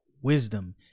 wisdom